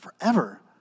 forever